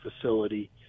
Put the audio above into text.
facility